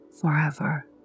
forever